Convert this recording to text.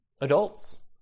Adults